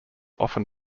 often